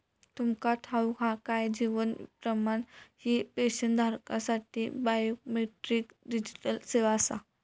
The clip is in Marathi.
तुमका ठाऊक हा काय? जीवन प्रमाण ही पेन्शनधारकांसाठी बायोमेट्रिक डिजिटल सेवा आसा